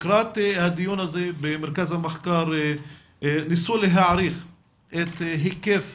לקראת הדיון הזה במרכז המחקר ניסו להעריך את היקף